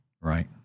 Right